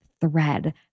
thread